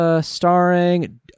Starring